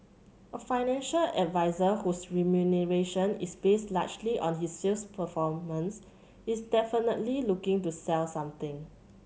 a financial advisor whose remuneration is based largely on his sales performance is definitely looking to sell something